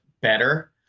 better